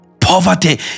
Poverty